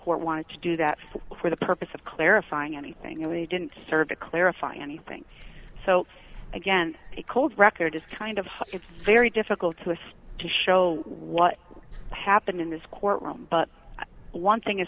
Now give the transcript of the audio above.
court wanted to do that for the purpose of clarifying anything and they didn't serve to clarify anything so again a cold record is kind of it's very difficult to us to show what happened in this courtroom but one thing is